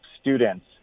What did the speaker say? students